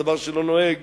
דבר שלא נוהג